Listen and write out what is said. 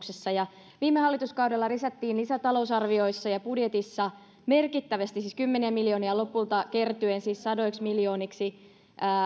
myös meillä kokoomuksessa viime hallituskaudella lisättiin lisätalousarvioissa ja budjetissa merkittävästi rahaa siis kymmeniä miljoonia kertyen lopulta sadoiksi miljooniksi